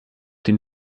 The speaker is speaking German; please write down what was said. den